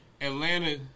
Atlanta